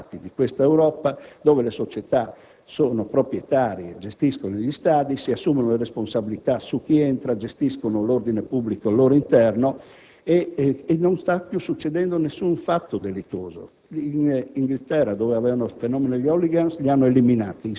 Dobbiamo costruire un modello, come si è riusciti a fare in altre parti di questa Europa, in cui le società sono proprietarie, gestiscono gli stadi, si assumono le responsabilità su chi entra, gestiscono l'ordine pubblico al loro interno e non sta più succedendo nessun fatto delittuoso.